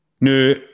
No